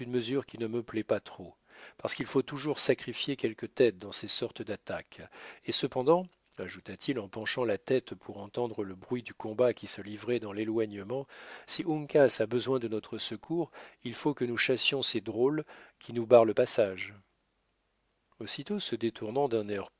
qui ne me plaît pas trop parce qu'il faut toujours sacrifier quelques têtes dans ces sortes d'attaques et cependant ajouta-t-il en penchant la tête pour entendre le bruit du combat qui se livrait dans l'éloignement si uncas a besoin de notre secours il faut que nous chassions ces drôles qui nous barrent le passage aussitôt se détournant